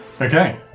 Okay